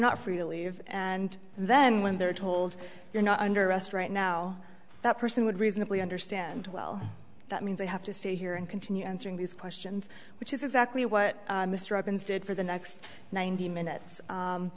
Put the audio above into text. not free to leave and then when they're told they're not under arrest right now that person would reasonably understand well that means they have to stay here and continue answering these questions which is exactly what mr evans did for the next ninety minutes